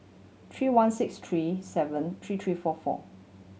three one six three seven three three four four